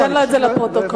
תיתן לו את זה, לפרוטוקול.